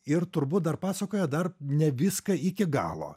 ir turbūt dar pasakoja dar ne viską iki galo